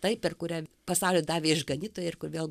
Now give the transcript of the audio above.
tai per kurią pasauliui davė išganytoją ir kur vėl